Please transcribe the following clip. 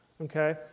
Okay